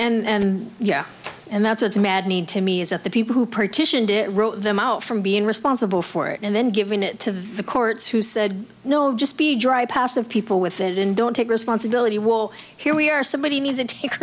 they and yeah and that's it's a mad need to me is that the people who partitioned it wrote them out from being responsible for it and then giving it to the courts who said no just be dry passive people with it in don't take responsibility will here we are somebody needs to take